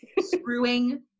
screwing